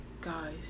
guys